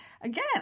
again